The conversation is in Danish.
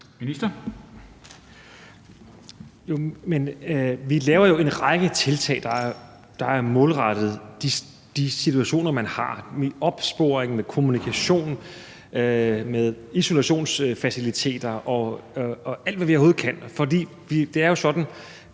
Heunicke): Vi laver jo en række tiltag, der er målrettet de situationer, man har – med opsporing, med kommunikation, med isolationsfaciliteter og alt, hvad vi overhovedet kan.